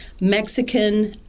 Mexican